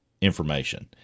information